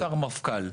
שרמפכ"ל,